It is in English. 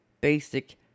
basic